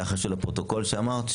ביחס לפרוטוקול שאמרת,